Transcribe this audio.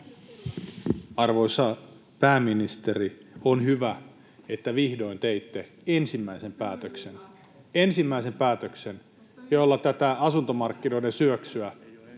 Arvoisa pääministeri, on hyvä, että vihdoin teitte ensimmäisen päätöksen, [Eveliina Heinäluoma: Kyllä!] ensimmäisen päätöksen, jolla tähän asuntomarkkinoiden syöksyyn